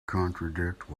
contradict